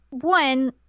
one